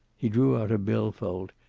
he drew out a bill-fold,